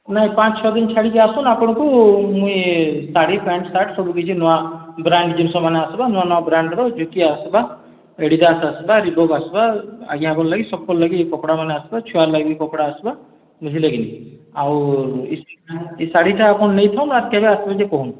ନାଇଁ ପାଞ୍ଚ୍ ଛଅ ଦିନ୍ ଛାଡ଼ିକି ଆସୁନ୍ ଆପଣ୍ଙ୍କୁ ମୁଇଁ ଶାଢ଼ୀ ପ୍ୟାଣ୍ଟ୍ ସାର୍ଟ୍ ସବୁକିଛି ନୂଆ ବ୍ରାଣ୍ଡ୍ ଜିନିଷ୍ମାନେ ଆସ୍ବା ନୂଆ ନୂଆ ବ୍ରାଣ୍ଡ୍ ର ଜିନିଷ୍ ଆସ୍ବା ଏଡ଼ିଡ଼ାସ୍ ଆସ୍ବା ରିବକ୍ ଆସ୍ବା ସବକର୍ ଲାଗି କପ୍ଡ଼ା ମାନ୍ ଆସ୍ବା ଛୁଆର୍ ଲାଗି ବି କପ୍ଡ଼ା ଆସ୍ବା ବୁଝ୍ଲେକି ଆଉ ଇ ଇ ଶାଢ଼ୀଟା ଆପଣ୍ ନେଇଥାଉନ୍ ଆଉ କେବେ ଆସ୍ବେ କହୁନ୍